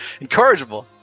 Encourageable